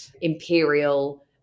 imperial